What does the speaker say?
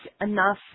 enough